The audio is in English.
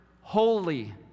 holy